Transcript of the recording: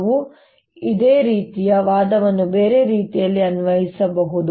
ನಾನು ಇದೇ ರೀತಿಯ ವಾದವನ್ನು ಬೇರೆ ರೀತಿಯಲ್ಲಿ ಅನ್ವಯಿಸಬಹುದು